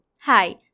Hi